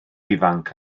ifanc